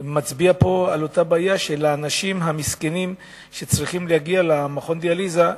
מצביע על הבעיה של אותם אנשים מסכנים שצריכים להגיע למכון הדיאליזה,